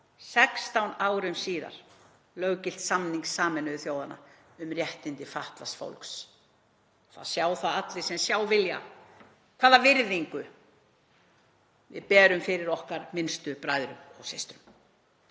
16 árum síðar, löggilt samning Sameinuðu þjóðanna um réttindi fatlaðs fólks. Það sjá það allir sem sjá vilja hvaða virðingu við berum fyrir okkar minnstu bræðrum og systrum.